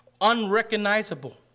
Unrecognizable